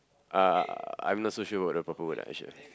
uh I'm not so sure about the proper word ah